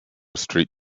street